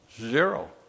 Zero